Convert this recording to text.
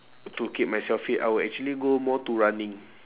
to keep myself fit I would actually go more to running